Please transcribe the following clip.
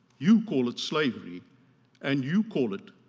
you call it slavery and you call it